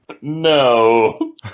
No